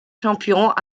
champions